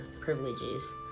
privileges